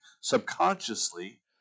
subconsciously